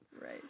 Right